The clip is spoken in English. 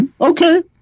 Okay